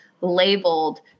labeled